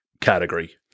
category